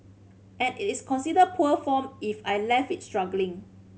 and is it considered poor form if I left it struggling